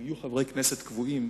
אם יהיו חברי כנסת קבועים,